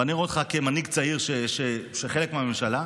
ואני רואה אותך כמנהיג צעיר וחלק מהממשלה,